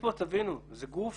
תבינו, זה גוף